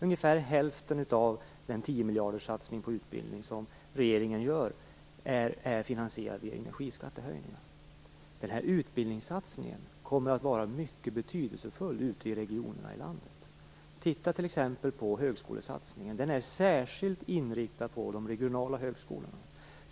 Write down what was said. Ungefär hälften av den 10 miljarderssatsning på utbildning som regeringen gör är finansierad av energiskattehöjningar. Utbildningssatsningen kommer att vara mycket betydelsefull ute i regionerna. Högskolesatsningen är särskilt inriktad på de regionala högskolorna.